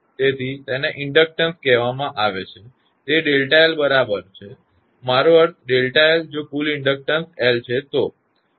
તેથી તેને ઇન્ડક્ટન્સ એટલે કહેવામાં આવે છે તે Δ𝐿 બરાબર મારો અર્થ છે Δ𝐿 જો કુલ ઇન્ડક્ટન્સ L છે